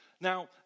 Now